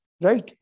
right